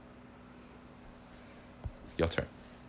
your turn